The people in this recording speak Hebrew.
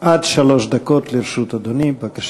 עד שלוש דקות לרשות אדוני, בבקשה.